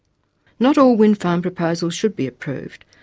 not all wind farm proposals should be approved,